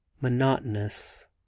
monotonous